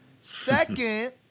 Second